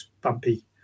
Bumpy